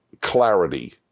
clarity